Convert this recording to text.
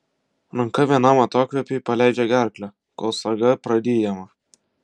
ranka vienam atokvėpiui paleidžia gerklę kol saga praryjama